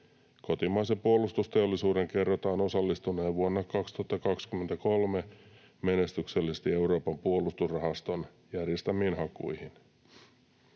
Kotimaisen puolustusteollisuuden kerrotaan osallistuneen vuonna 2023 menestyksellisesti Euroopan puolustusrahaston järjestämiin hakuihin.